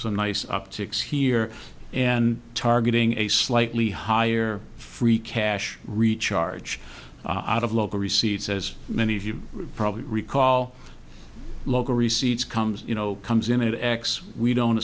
some nice upticks here and targeting a slightly higher free cash recharge out of local receipts as many of you probably recall local receipts comes you know comes in it acts we don't